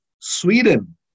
Sweden